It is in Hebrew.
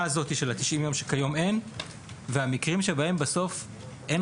הזו של ה-90 יום שכיום אין והמקרים בהם בסוף אין